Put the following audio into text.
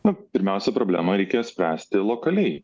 nu pirmiausia problemą reikia spręsti lokaliai